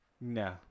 No